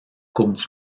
coupe